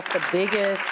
biggest,